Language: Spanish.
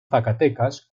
zacatecas